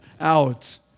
out